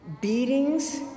beatings